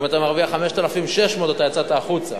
אם אתה מרוויח 5,600, יצאת החוצה.